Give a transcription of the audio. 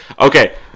Okay